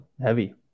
heavy